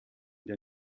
der